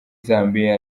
zambiya